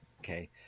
Okay